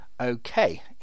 Okay